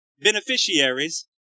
beneficiaries